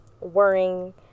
worrying